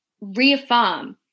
reaffirm